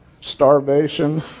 starvation